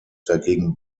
dagegen